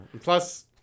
Plus